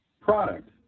product